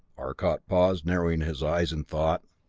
arcot paused, narrowing his eyes in thought.